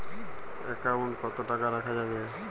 Account কত টাকা রাখা যাবে?